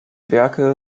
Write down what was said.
werke